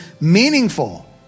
meaningful